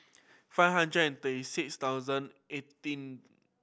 five hundred and thirty six thousand eighteen